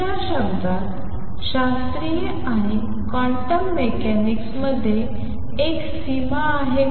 दुसर्या शब्दात शास्त्रीय आणि क्वांटम मेकॅनिक्स मध्ये एक सीमा आहे का